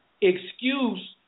excuse